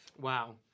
Wow